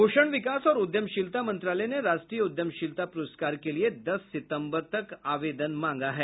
पोषण विकास और उद्यमशीलता मंत्रालय ने राष्ट्र उद्यमशीलता प्रस्कार के लिए दस सितम्बर तक आवेदन मांगा है